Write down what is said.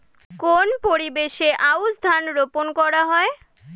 কোন পরিবেশে আউশ ধান রোপন করা হয়?